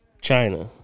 China